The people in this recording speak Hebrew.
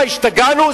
מה, השתגענו?